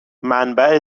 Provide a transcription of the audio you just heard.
منبع